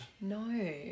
No